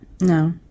no